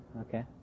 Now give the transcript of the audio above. okay